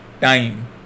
time